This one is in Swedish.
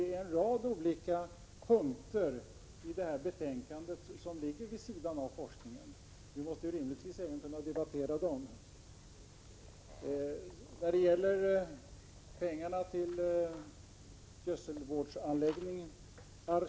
Men en rad olika punkter i betänkandet ligger vid sidan om forskningen, och vi måste rimligtvis kunna debattera även dem. Så till frågan om att anslå medel till gödselvårdsanläggningar.